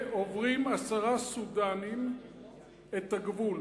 עוברים עשרה סודנים את הגבול,